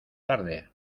tarde